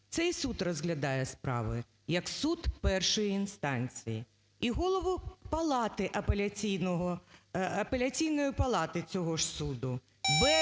Цей суд розглядає справи як суд першої інстанції. І Голову Апеляційної палати цього ж суду